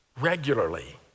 regularly